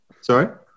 Sorry